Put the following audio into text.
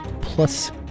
plus